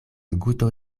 guto